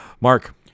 Mark